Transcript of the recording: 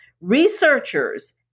Researchers